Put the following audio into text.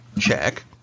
Check